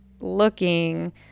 looking